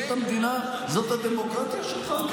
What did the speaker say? וזאת המדינה, זאת הדמוקרטיה שלך?